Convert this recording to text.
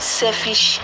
selfish